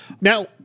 Now